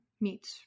meet